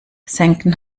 senken